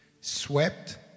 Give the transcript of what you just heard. Swept